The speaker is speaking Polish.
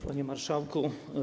Panie Marszałku!